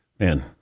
Man